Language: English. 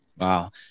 Wow